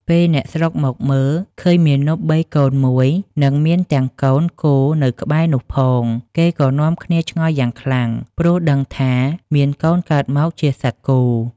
ពេលអ្នកស្រុកមកមើលឃើញមាណពបីកូនមួយនិងមានទាំងកូនគោនៅក្បែរនោះផង គេក៏នាំគ្នាឆ្ងល់យ៉ាងខ្លាំង ព្រោះដឹងថាមានកូនកើតមកជាសត្វគោ។